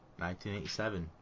1987